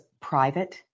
private